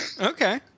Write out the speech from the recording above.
Okay